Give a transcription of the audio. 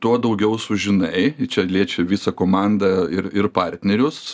tuo daugiau sužinai čia liečia visą komandą ir ir partnerius